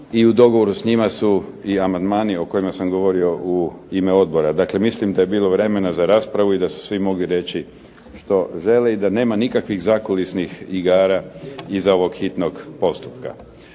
i u dogovoru s njima su i amandmani o kojima sam govorio u ime odbora. Dakle, mislim da je bilo vremena za raspravu i da su svi mogli reći što žele i da nema nikakvih zakulisnih igara iza ovog hitnog postupka.